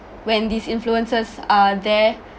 when these influencers are there